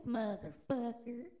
motherfucker